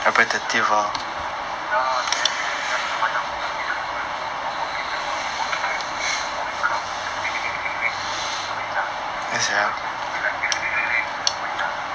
ya they everyday just machiam go office criminal code like working [one] working they morning come 回家 then the next day 回家